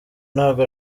ntabwo